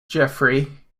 jeffery